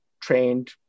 trained